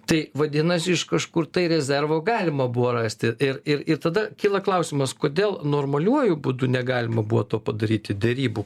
tai vadinasi iš kažkur tai rezervo galima buvo rasti ir ir ir tada kyla klausimas kodėl normaliuoju būdu negalima buvo to padaryti derybų